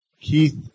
Keith